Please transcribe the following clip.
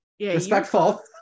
Respectful